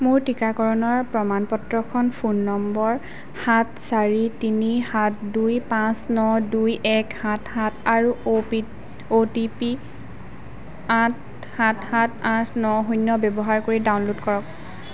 মোৰ টীকাকৰণৰ প্ৰমাণ পত্ৰখন ফোন নম্বৰ সাত চাৰি তিনি সাত দুই পাঁচ ন দুই এক সাত সাত আৰু অপি অ'টিপি আঠ সাত সাত আঠ ন শূন্য ব্যৱহাৰ কৰি ডাউনলোড কৰক